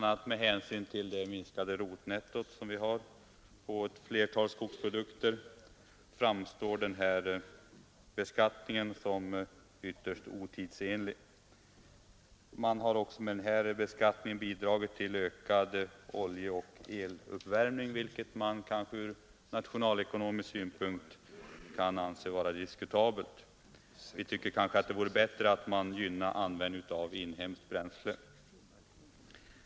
a. med hänsyn till det minskade rotnettot på ett flertal skogsprodukter framstår den här beskattningen som ytterst otidsenlig. Man har också med denna beskattning bidragit till ökad oljeoch eluppvärmning, vilket ur nationalekonomisk synpunkt kanske kan anses som diskutabelt. Det borde vara bättre att gynna användningen av inhemskt bränsle.